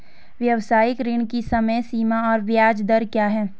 व्यावसायिक ऋण की समय सीमा और ब्याज दर क्या है?